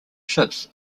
ships